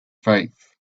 faith